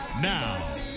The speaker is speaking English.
Now